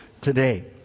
today